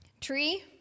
Tree